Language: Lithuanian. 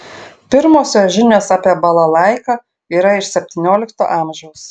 pirmosios žinios apie balalaiką yra iš septyniolikto amžiaus